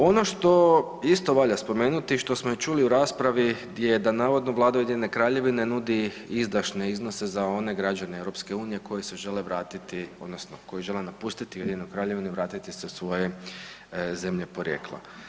Ono što isto valja spomenuti, što smo i čuli u raspravi gdje da navodno vlada Ujedinjene Kraljevine nudi izdašne iznose za one građane EU koji se žele vratiti odnosno koji žele napustiti Ujedinjenu Kraljevinu i vratiti se u svoje zemlje porijeklo.